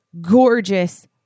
gorgeous